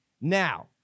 Now